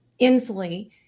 Inslee